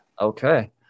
Okay